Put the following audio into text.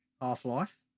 Half-Life